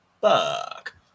fuck